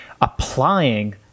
applying